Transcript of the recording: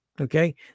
okay